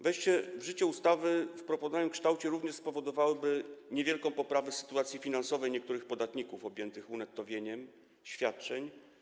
Wejście w życie ustawy w proponowanym kształcie spowodowałoby niewielką poprawę sytuacji finansowej niektórych podatników objętych unettowieniem świadczeń.